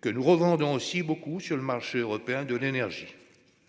que nous revendons aussi beaucoup sur le marché européen de l'énergie.